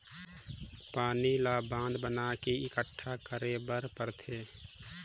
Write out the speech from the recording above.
पानी ल बांधा बना के एकटठा करे बर परथे